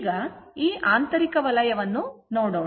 ಈಗ ಈ ಆಂತರಿಕ ವಲಯವನ್ನು ನೋಡೋಣ